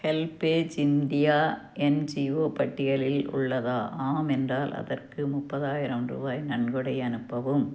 HelpAge India NGO பட்டியலில் உள்ளதா ஆம் என்றால் அதற்கு முப்பதாயிரம் ரூபாய் நன்கொடை அனுப்பவும்